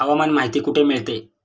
हवामान माहिती कुठे मिळते?